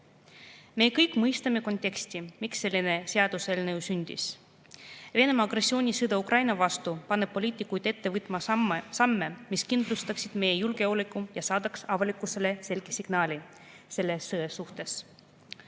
Me kõik mõistame konteksti, miks selline seaduseelnõu sündis. Venemaa agressioonisõda Ukraina vastu paneb poliitikuid ette võtma samme, mis kindlustaksid meie julgeoleku ja saadaksid avalikkusele selge signaali selle kohta.